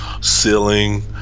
ceiling